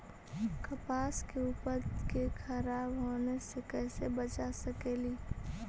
कपास के उपज के खराब होने से कैसे बचा सकेली?